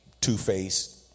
two-faced